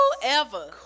whoever